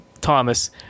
Thomas